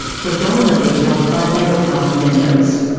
predominantly held by labour party members.